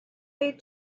lead